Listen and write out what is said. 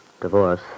divorce